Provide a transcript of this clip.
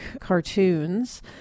cartoons